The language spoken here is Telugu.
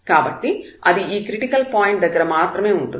కాబట్టి అది ఈ క్రిటికల్ పాయింట్ దగ్గర మాత్రమే ఉంటుంది